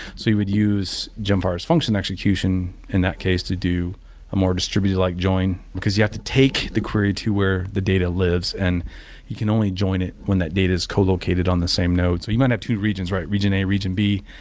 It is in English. so you would use gemfire's function execution in that case to do a more distributed like join, because you have to take the query to where the data lives and you can only join it when that data is co-located on the same node you might have two regions, region a, region b.